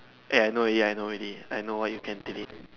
eh I know already I know already I know what you can delete